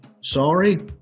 sorry